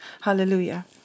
Hallelujah